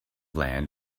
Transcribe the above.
land